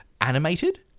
animated